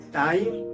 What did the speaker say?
time